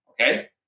okay